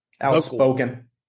outspoken